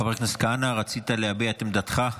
חבר הכנסת כהנא, רצית להביע את עמדתך.